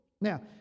Now